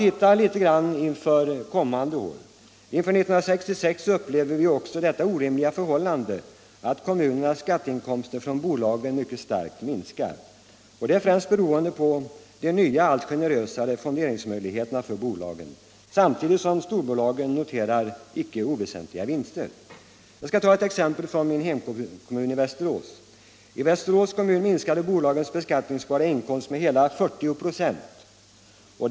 Inför 1976 upplever vi det orimliga förhållandet att kommunernas skatteinkomster från bolagen mycket starkt minskar. Det är främst beroende på de nya allt generösare fonderingsmöjligheterna för bolagen samtidigt som storbolagen noterar icke oväsentliga vinster. Jag skall ta ett exempel från min hemkommun, Västerås. I Västerås kommun minskade bolagens beskattningsbara inkomster med hela 40 96.